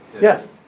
Yes